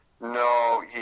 No